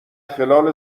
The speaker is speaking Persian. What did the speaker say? خلال